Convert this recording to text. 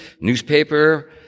newspaper